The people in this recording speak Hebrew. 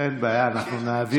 מעמד האישה?